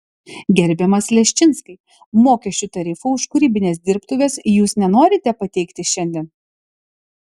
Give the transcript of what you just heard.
gerbiamas leščinskai mokesčių tarifų už kūrybines dirbtuves jūs nenorite pateikti šiandien